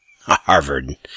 Harvard